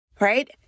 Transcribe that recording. right